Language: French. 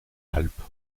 alpes